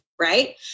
right